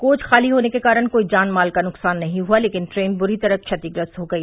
coach खाली होने के कारण कोई जान माल का नुकसान नहीं हुआ लेकिन ट्रेन बूरी तरह क्षतिग्रस्त हो गयी